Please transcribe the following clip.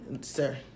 sir